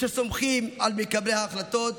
יש הסומכים על מקבלי ההחלטות,